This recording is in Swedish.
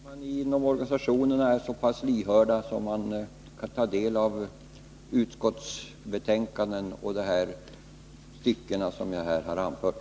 Fru talman! Jag hoppas att man inom organisationerna är så pass lyhörd att man kan ta del av utskottsbetänkanden och av de här styckena som jag har anfört.